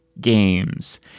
games